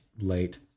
late